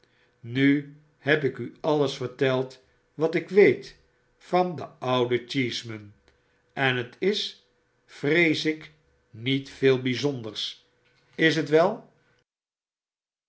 nu heb ik u alles verteld wat ik weet van den ouden cheeseman en het is vrees ik niet veel byzonders is het wel